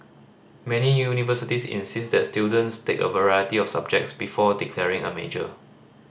many universities insist that students take a variety of subjects before declaring a major